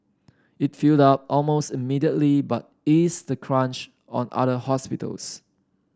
it filled up almost immediately but eased the crunch on other hospitals